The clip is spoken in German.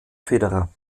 federer